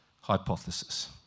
hypothesis